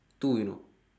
two you know